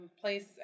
place